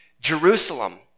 Jerusalem